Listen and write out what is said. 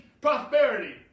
prosperity